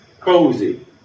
cozy